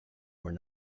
were